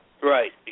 Right